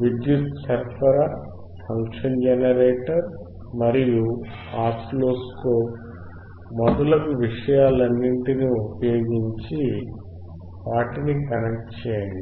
విద్యుత్ సరఫరా function generator మరియు ఆసిలోస్కోప్ మొదలగు విషయాలన్నింటినీ ఉపయోగించి వాటిని కనెక్ట్ చేయండి